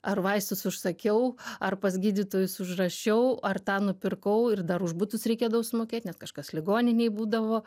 ar vaistus užsakiau ar pas gydytojus užrašiau ar tą nupirkau ir dar už butus reikėdavo sumokėt nes kažkas ligoninėj būdavo